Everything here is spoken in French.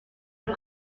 les